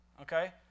okay